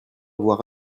avoir